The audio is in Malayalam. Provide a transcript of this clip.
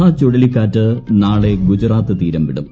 മഹ ചുഴലിക്കാറ്റ് നാളെ ഗുജറാത്ത് തീരം വിടും